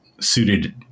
Suited